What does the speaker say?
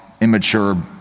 immature